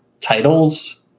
titles